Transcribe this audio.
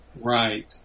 Right